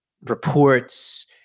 reports